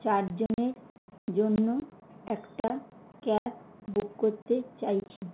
চারজনের জন্য একটা ক্যাব বুক করতে চাইছি